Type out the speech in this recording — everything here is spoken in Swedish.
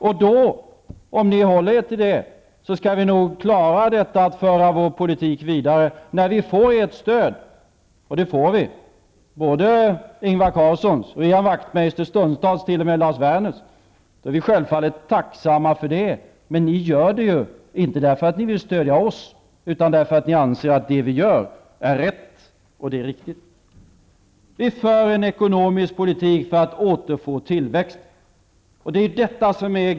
Och då, om ni håller er till det, skall vi nog klara att föra vår politik vidare. När vi får ert stöd -- och det får vi, både Ingvar Lars Werners -- är vi självfallet tacksamma för detta. Men ni gör det ju inte därför att ni vill stödja oss utan därför att ni anser att det vi gör är rätt och riktigt. Vi för en ekonomisk politik för att återfå tillväxten.